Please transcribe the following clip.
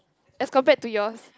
as compare to yours